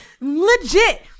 legit